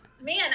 Man